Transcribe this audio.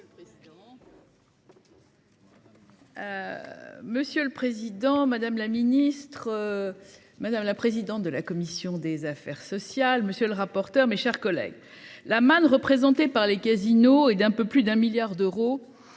Monsieur le président, madame la ministre. Madame la présidente de la commission des affaires sociales. Monsieur le rapporteur. Mes chers collègues, la manne représentée par les casinos et d'un peu plus d'un milliard d'euros